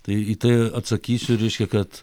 tai į tai atsakysiu reiškia kad